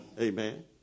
Amen